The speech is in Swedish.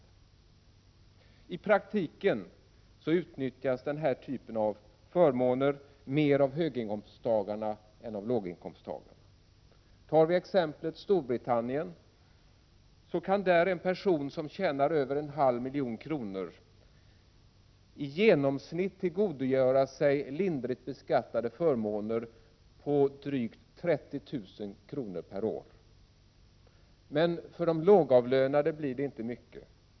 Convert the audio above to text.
16 december 1987 I praktiken utnyttjas den här typen av förmåner mer av höginkomsttagarna = mg än av låginkomsttagarna. I t.ex. Storbritannien kan en person som tjänar över en halv miljon kronor i genomsnitt tillgodogöra sig lindrigt beskattade förmåner på drygt 30 000 kr. per år. Men för de lågavlönade blir det inte mycket.